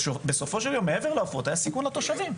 בסופו של יום, מעבר לעופות, היה סיכון לתושבים.